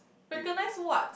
recognise what